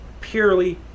purely